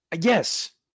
yes